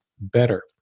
better